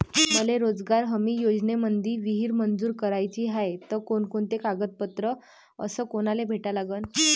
मले रोजगार हमी योजनेमंदी विहीर मंजूर कराची हाये त कोनकोनते कागदपत्र अस कोनाले भेटा लागन?